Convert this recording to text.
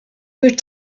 with